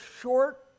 short